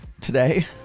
today